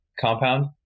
compound